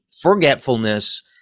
forgetfulness